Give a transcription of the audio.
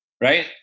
right